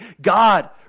God